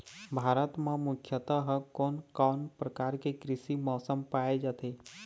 भारत म मुख्यतः कोन कौन प्रकार के कृषि मौसम पाए जाथे?